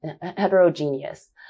heterogeneous